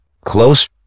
close